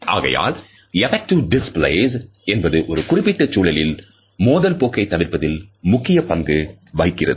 ஆகையால் effective displace என்பது ஒரு குறிப்பிட்ட சூழலில் மோதல் போக்கை தவிர்ப்பதில் முக்கிய பங்கு வகிக்கிறது